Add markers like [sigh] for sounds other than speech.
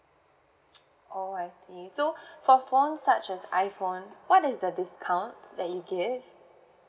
[noise] oh I see so for phones such as iphone what is the discounts that you give